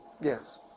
Yes